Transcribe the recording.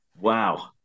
Wow